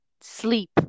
Sleep